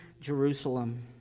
Jerusalem